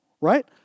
right